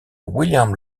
william